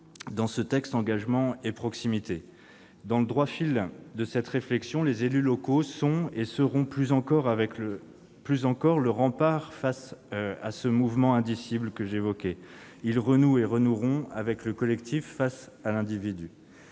dans ce texte Engagement et proximité. Dans le droit-fil de cette réflexion, les élus locaux sont et seront plus encore le rempart face à ce mouvement indicible que j'évoquais. Ils renouent et renoueront avec le collectif face à l'individu.